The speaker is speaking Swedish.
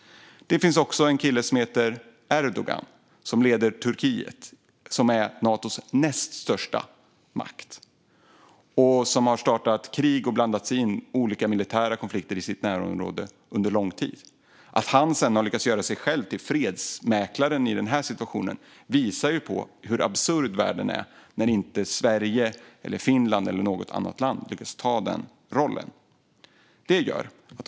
Det finns också en kille som heter Erdogan. Han leder Turkiet, som är Natos näst största makt. Han har startat krig och har under lång tid blandat sig i olika militära konflikter i sitt närområde. Att han har lyckats göra sig själv till fredsmäklaren i den här situationen visar hur absurd världen är, när inte Sverige, Finland eller något annat land lyckas ta den rollen.